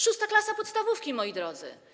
VI klasa podstawówki, moi drodzy.